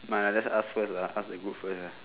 mind just ask first lah ask the group first uh